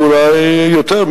ואולי יותר,